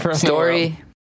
Story